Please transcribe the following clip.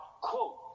quote